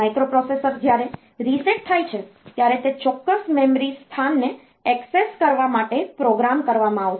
microprocessor જ્યારે reset થાય છે ત્યારે તે ચોક્કસ મેમરી સ્થાનને ઍક્સેસ કરવા માટે પ્રોગ્રામ કરવામાં આવશે